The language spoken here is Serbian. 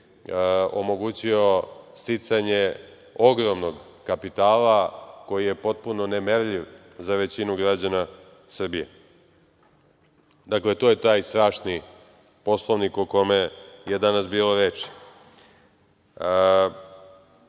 omogućio sticanje ogromnog kapitala koji je potpuno nemerljiv za većinu građana Srbije. Dakle, to je taj strašni Poslovnik o kome je danas bilo reči. Ovo